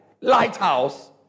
Lighthouse